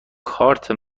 کارت